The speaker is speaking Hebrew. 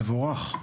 מעולה, מבורך.